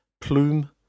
plume